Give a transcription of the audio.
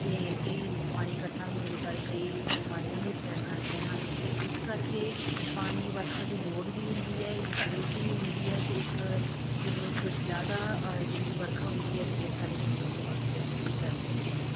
ਅਤੇ ਕਈ ਪਾਣੀ ਇਕੱਠਾ ਹੋਣ ਦੇ ਕਰਕੇ ਕਈ ਬਿਮਾਰੀਆਂ ਵੀ ਫੈਲ ਜਾਂਦੀਆਂ ਹਨ ਅਤੇ ਇਸ ਕਰਕੇ ਪਾਣੀ ਵਰਖਾ ਦੀ ਲੋੜ ਵੀ ਹੁੰਦੀ ਹੈ ਇਹਦੀ ਜ਼ਰੂਰਤ ਵੀ ਹੁੰਦੀ ਹੈ ਤੇ ਇੱਕ ਜ਼ਰੂਰਤ ਤੋਂ ਜ਼ਿਆਦਾ ਅ ਜਿਹੜੀ ਜੇ ਵਰਖਾ ਹੁੰਦੀ ਹੈ ਤਾਂ ਇਹ ਸਾਡੇ ਜੀਵਨ ਨੂੰ ਅਸਤ ਵਿਅਸਤ ਵੀ ਕਰ ਦਿੰਦੀ ਹੈ